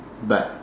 but